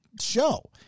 show